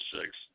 six